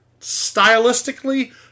stylistically